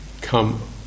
come